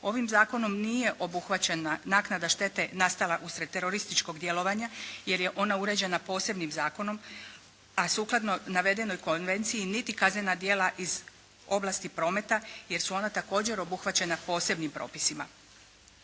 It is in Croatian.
Ovim zakonom nije obuhvaćena naknada štete nastala usred terorističkog djelovanja jer je ona uređena posebnim zakonom, a sukladno navedenoj konvenciji niti kaznena djela iz oblasti prometa, jer su ona također obuhvaćena posebnim propisima.